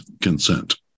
consent